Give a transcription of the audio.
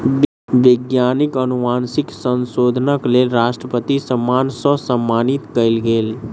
वैज्ञानिक अनुवांशिक संशोधनक लेल राष्ट्रपति सम्मान सॅ सम्मानित कयल गेल